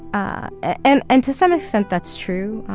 ah and and to some extent, that's true.